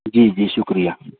جی جی شکریہ